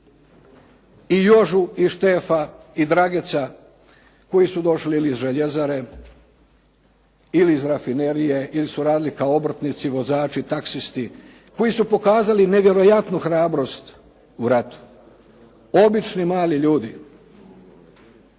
I Jožu i Štefa i Drageca koju su došli ili iz željezare ili iz rafinerije ili su radili kao obrtnici, vozači, taksisti, koji su pokazali nevjerojatnu hrabrost u ratu. Obični mali ljudi.